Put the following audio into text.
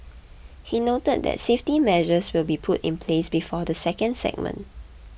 he noted that safety measures will be put in place before the second segment